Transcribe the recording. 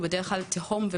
הוא בדרך כלל משבר ותהום,